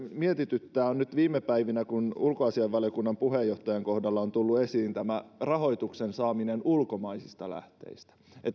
mietityttää on se kun nyt viime päivinä ulkoasiainvaliokunnan puheenjohtajan kohdalla on tullut esiin tämä rahoituksen saaminen ulkomaisista lähteistä